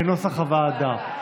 כנוסח הוועדה.